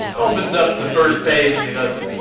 opens up the first page, and he goes,